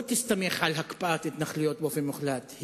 לא תסתמך על הקפאת התנחלויות באופן מוחלט.